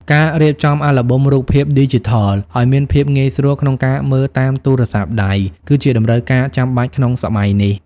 ការរៀបចំអាល់ប៊ុមរូបភាពឌីជីថលឱ្យមានភាពងាយស្រួលក្នុងការមើលតាមទូរស័ព្ទដៃ គឺជាតម្រូវការចាំបាច់ក្នុងសម័យនេះ។